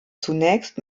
zunächst